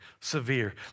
severe